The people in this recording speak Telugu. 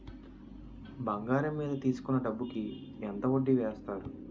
బంగారం మీద తీసుకున్న డబ్బు కి ఎంత వడ్డీ వేస్తారు?